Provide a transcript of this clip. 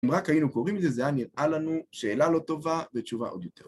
אם רק היינו קוראים לזה, זה הנראה לנו שאלה לא טובה ותשובה עוד יותר.